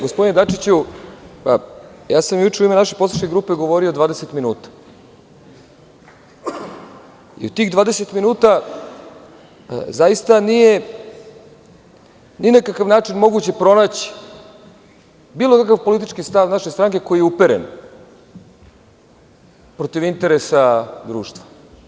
Gospodine Dačiću, juče sa u ime naše poslaničke grupe govorio dvadeset minuta i u tih dvadeset minuta zaista nije ni na kakav način moguće pronaći bilo kakav politički stav naše stranke koji je uperen protiv interesa društva.